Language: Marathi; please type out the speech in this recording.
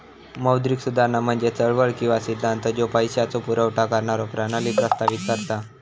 मौद्रिक सुधारणा म्हणजे चळवळ किंवा सिद्धांत ज्यो पैशाचो पुरवठा करणारो प्रणाली प्रस्तावित करता